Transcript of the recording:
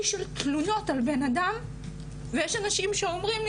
של תלונות על בנאדם ויש אנשים שאומרים,